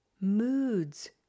Moods